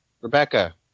Rebecca